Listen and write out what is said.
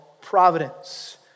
Providence